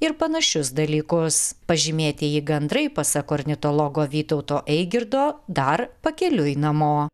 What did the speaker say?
ir panašius dalykus pažymėtieji gandrai pasak ornitologo vytauto eigirdo dar pakeliui namo